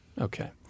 Okay